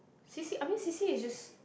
C_C I mean C_C_A is just